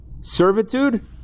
Servitude